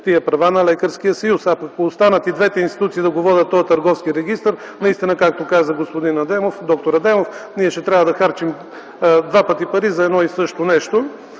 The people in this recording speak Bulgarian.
тези права на лекарския съюз. Ако останат и двете институции да водят този търговски регистър, наистина, както каза д-р Адемов, ние ще трябва да харчим два пъти пари за едно и също нещо.